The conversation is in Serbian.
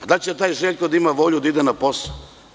Da li će taj Željko da ima volju da ide na posao?